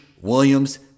Williams